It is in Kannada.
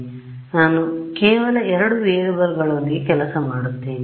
ಆದ್ದರಿಂದ ನಾನು ಕೇವಲ ಎರಡು ವೇರಿಯೇಬಲ್ ಗಳೊಂದಿಗೆ ಕೆಲಸ ಮಾಡುತ್ತೇನೆ